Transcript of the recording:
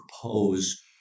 propose